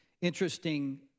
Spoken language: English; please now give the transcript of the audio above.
Interesting